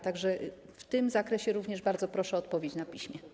Tak że w tym zakresie również bardzo proszę o odpowiedź na piśmie.